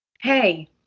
Hey